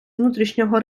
внутрішнього